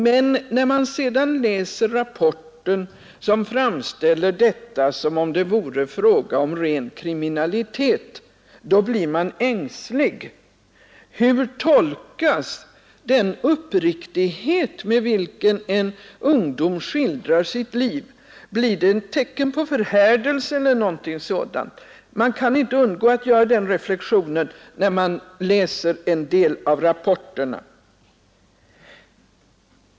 Men när man sedan läser rapporten finner man, att detta framställs som om det vore fråga om ren kriminalitet. Då blir man ängslig. Hur tolkas den uppriktighet med vilken en ungdom skildrar sitt liv? Uppfattas den som ett tecken på förhärdelse eller något liknande? Man kan inte undgå att göra den reflexionen när man läser dessa rapporter.